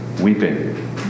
weeping